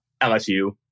LSU